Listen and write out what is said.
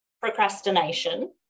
procrastination